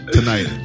Tonight